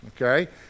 okay